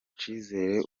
cyizere